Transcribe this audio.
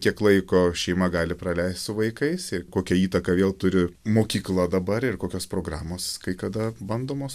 kiek laiko šeima gali praleist su vaikais ir kokią įtaką vėl turi mokykla dabar ir kokios programos kai kada bandomos